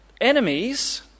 enemies